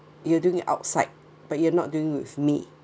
you doing outside but you are not doing with me